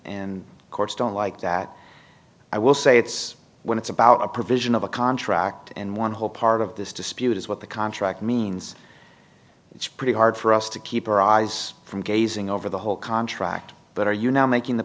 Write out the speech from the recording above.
and courts don't like that i will say it's when it's about a provision of a contract and one whole part of this dispute is what the contract means it's pretty hard for us to keep our eyes from gazing over the whole contract but are you now making the